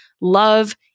love